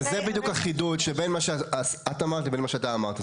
אז זה בדיוק החידוד שבין מה שאת אמרת לבין מה שאתה אמרת.